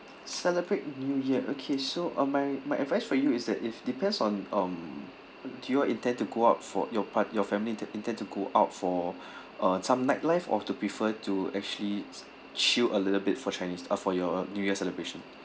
celebrate new year okay so uh my my advice for you is that if depends on um do you all intend to go out for your part~ your family intend intend to go out for uh some nightlife or to prefer to actually chill a little bit for chinese uh for your new year celebration